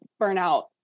burnout